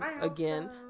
again